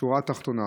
השורה התחתונה.